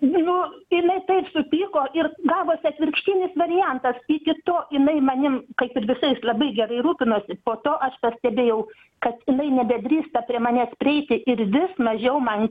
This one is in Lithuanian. nu jinai taip supyko ir gavosi atvirkštinis variantas iki to jinai manim kaip ir visais labai gerai rūpinosi po to aš pastebėjau kad jinai nebedrįsta prie manęs prieiti ir vis mažiau man